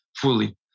fully